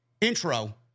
intro